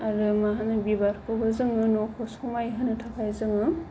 आरो मा होनो बिबारखौबो जोङो न'खौ समायहोनो थाखाय जोङो